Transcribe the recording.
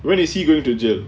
when is he going to jail